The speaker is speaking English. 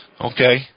Okay